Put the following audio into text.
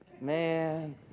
man